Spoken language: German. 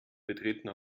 betreten